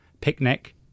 picnic